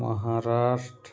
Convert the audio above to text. Maharashtra